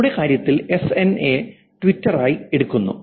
നമ്മുടെ കാര്യത്തിൽ SN A Twitter ആയി എടുക്കുന്നു